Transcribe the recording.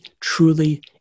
truly